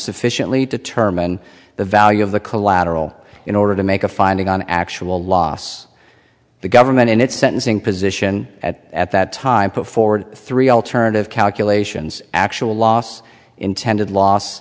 sufficiently determine the value of the collateral in order to make a finding on actual loss the government in its sentencing position at at that time put forward three alternative calculations actual loss intended loss